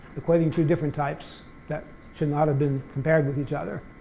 equating two different types that should not have been compared with each other.